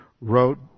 wrote